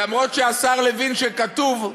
למה כתוב?